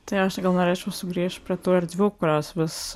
tai aš gal norėčiau sugrįžt prie tų erdvių kurios vis